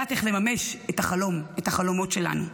ולדעת איך לממש את החלומות שלנו.